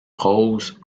rose